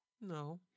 No